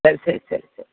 ಸರಿ ಸರಿ ಸರಿ ಸರಿ ಸರಿ